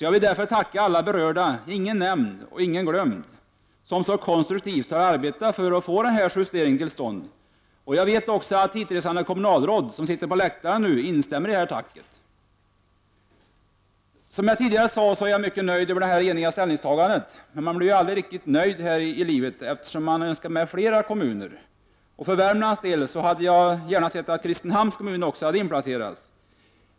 Jag vill därför tacka alla berörda — ingen nämnd och ingen glömd — som så konstruktivt har arbetat för att få denna justering till stånd. Jag vet också att hitresta kommunalråd, som nu sitter här på läktaren, instämmer i detta tack. Som jag nyss sade är jag mycket glad över det eniga ställningstagandet, men man blir ju aldrig riktigt nöjd här i livet. Jag hade nämligen önskat att få med flera kommuner. För Värmlands del t.ex. hade jag gärna sett att Kristinehamns kommun också hade inplacerats.